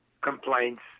complaints